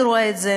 אני רואה את זה